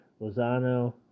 Lozano